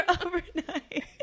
overnight